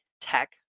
tech